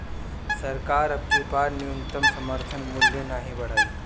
सरकार अबकी बार न्यूनतम समर्थन मूल्य नाही बढ़ाई